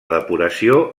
depuració